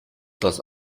das